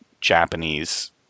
Japanese